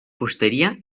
fusteria